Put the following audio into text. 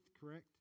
correct